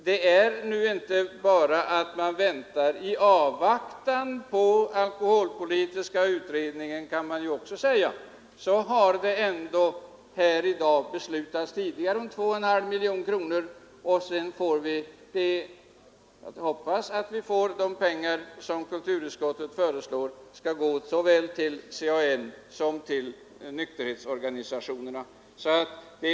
Det är inte sant att vi bara väntar. I avvaktan på resultatet av alkoholpolitiska utredningen — kan man säga — har vi tidigare i dag ändå beslutat om 2,5 miljoner kronor. Därtill kommer de pengar som kulturutskottet föreslår skall gå såväl till CAN som till nykterhetsorganisationerna.